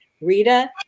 rita